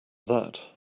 that